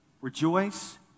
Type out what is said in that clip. Rejoice